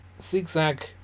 Zigzag